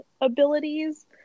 abilities